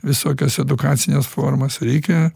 visokias edukacines formas reikia